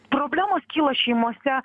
problemos kyla šeimose